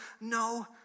No